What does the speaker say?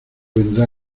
vendrá